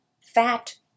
fat